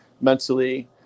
mentally